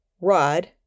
rod